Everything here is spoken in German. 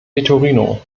vitorino